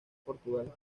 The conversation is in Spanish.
portugal